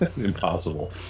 Impossible